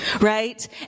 Right